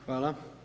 Hvala.